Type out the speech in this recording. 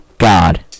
God